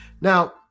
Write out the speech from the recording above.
Now